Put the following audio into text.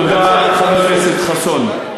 תודה, חבר הכנסת חסון.